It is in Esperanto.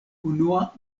unua